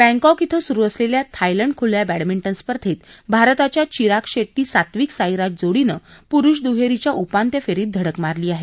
Bangkok इथं सुरू असलेल्या थायलंड खुल्या बॅडमिंटन स्पर्धेत भारताच्या चिराग शेट्टी सात्विक साईराज जोडीनं पुरुष दुहेरीच्या उपांत्य फेरीत धडक मारली आहे